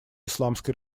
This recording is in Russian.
исламской